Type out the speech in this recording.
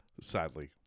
Sadly